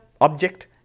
object